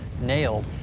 nailed